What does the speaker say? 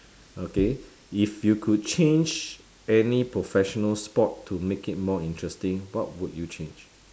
okay if you could change any professional sport to make it more interesting what would you change